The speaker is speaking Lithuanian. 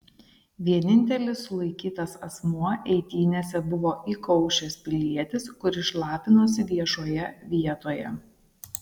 vienintelis sulaikytas asmuo eitynėse buvo įkaušęs pilietis kuris šlapinosi viešoje vietoje